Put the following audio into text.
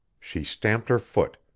she stamped her foot.